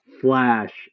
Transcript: Flash